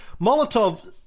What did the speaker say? Molotov